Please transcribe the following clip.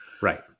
Right